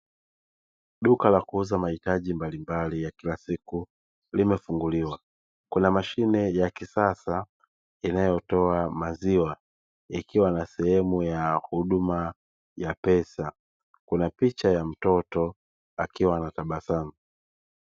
Duka la kuuza mahitaji mbalimbali ya kila siku limefunguliwa. Kuna mashine ya kisasa inayotoa maziwa, ikiwa na sehemu ya huduma ya pesa. Kuna picha ya mtoto akiwa anatabasamu."